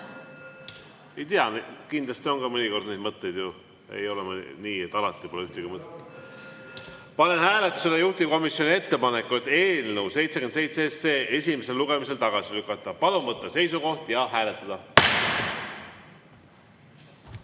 Ei tea, kindlasti on mõnikord ka neid mõtteid ju, ei ole nii, et kunagi pole ühtegi mõtet. Panen hääletusele juhtivkomisjoni ettepaneku eelnõu 77 esimesel lugemisel tagasi lükata. Palun võtta seisukoht ja hääletada!